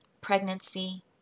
pregnancy